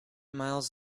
miles